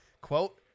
Quote